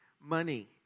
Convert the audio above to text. money